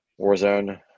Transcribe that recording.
Warzone